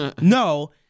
no